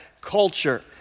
culture